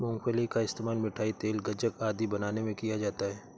मूंगफली का इस्तेमाल मिठाई, तेल, गज्जक आदि बनाने में किया जाता है